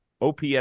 OPS